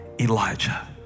Elijah